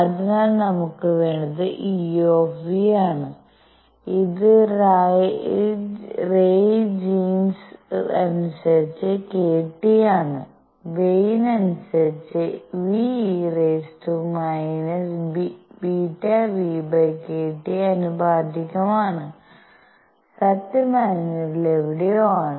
അതിനാൽ നമുക്ക് വേണ്ടത് Eν ആണ് ഇത് റായ്ലേയ ജീൻസ് അനുസരിച്ച് k T ആണ് വെയ്ൻ അനുസരിച്ച് νe⁻ᵝᵛᵏᵗ ആനുപാതികമാണ് സത്യം അതിനിടയിൽ എവിടെയോ ആണ്